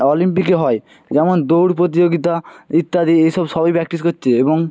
অলিম্পিকে হয় যেমন দৌড় প্রতিযোগিতা ইত্যাদি এই সব সবই প্র্যাকটিস করছে এবং